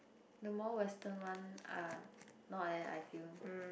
the more Western one are not eh I feel